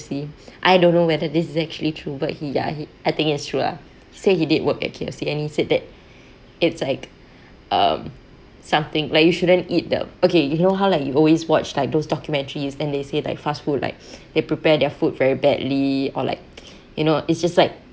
I don't know whether this is actually true but he ya he I think it's true lah he said he did work at K_F_C and he said that it's like um something like you shouldn't eat the okay you know how like you always watch like those documentaries and they say like fast food like they prepare their food very badly or like you know it's just like